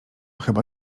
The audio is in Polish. chyba